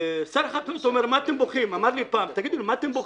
שר החקלאות אמר לי פעם: תגידו לי, מה אתם בוכים,